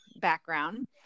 background